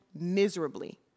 miserably